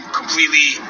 completely